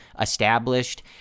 established